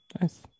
Nice